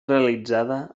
realitzada